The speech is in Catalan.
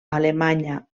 alemanya